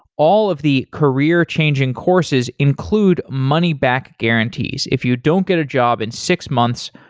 all of the career-changing courses include money back guarantees. if you don't get a job in six months,